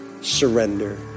Surrender